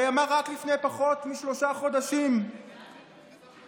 הרי אמר לפני פחות משלושה חודשים בקולו,